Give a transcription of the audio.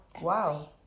Wow